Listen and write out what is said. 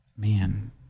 Man